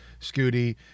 Scooty